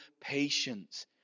patience